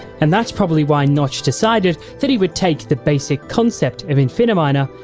and that is probably why notch decided that he would take the basic concept of infinimier, and